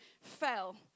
fell